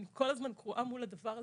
אני כל הזמן קרועה מול הדבר הזה.